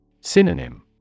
Synonym